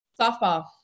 Softball